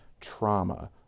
trauma